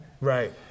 right